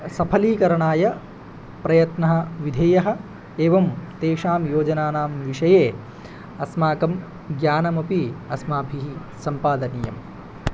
सफलीकरणाय प्रयत्नः विधेयः एवं तेषां योजनानां विषये अस्माकं ज्ञानमपि अस्माभिः सम्पादनीयम्